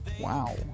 Wow